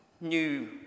new